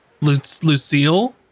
Lucille